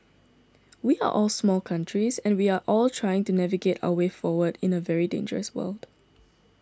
we are all small countries and we are all trying to navigate our way forward in a very dangerous world